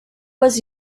was